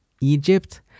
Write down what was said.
Egypt